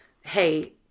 hey